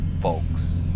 folks